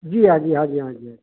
जी हाँ जी हाँ जी हाँ जी हाँ